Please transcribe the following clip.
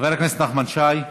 חבר הכנסת נחמן שי,